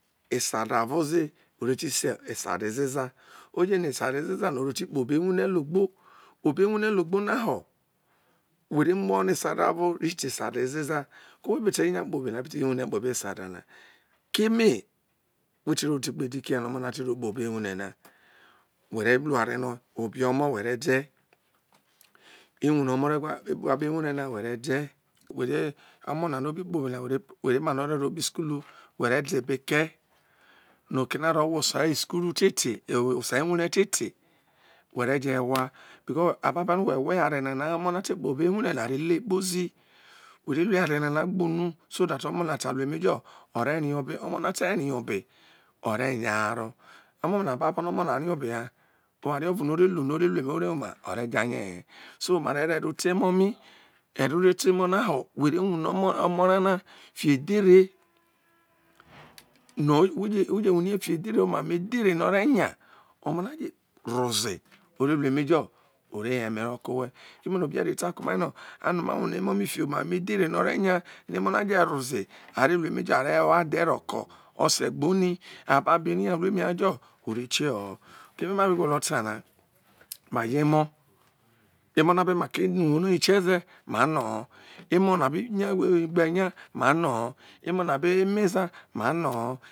esa da o̱vo ze ore ti te esa da ezeza uje no esada ezeza no ore kpo obo̱ ewune logbo obo ewune logbo h were mu no esade o̱vo rite esada ezeza no we be te wune kpo be sada o̱vona kame wo̱ tiro kpo obo ewune na were kpo bo were lu uwara jo fio oba omo were de no re nya omo ne je ro ze wore oregha keme no obe eri ota ko ma no ma wune emo flo oma mo edheru no are nyo no emo na je̱ro̱ ze ave hu edhere no are nya ave je̱ wo adhe̱ ro ko ore gbo ni abobau eri ha jo ore kue ho keme ma be gwolo ta ne ma ye emo̱ emo ne be no uwo no hi kie ze̱ mai no ho emo na be nya ngbe e nye ma no̱ ho̱ emo̱ na be wo emezo ma no no